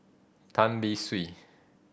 Tan Beng Swee